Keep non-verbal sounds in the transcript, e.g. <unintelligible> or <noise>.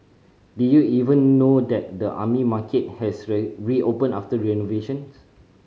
did you even know that the Army Market has <unintelligible> reopened after renovations